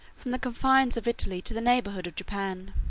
from the confines of italy to the neighborhood of japan.